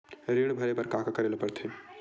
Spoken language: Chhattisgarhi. ऋण भरे बर का का करे ला परथे?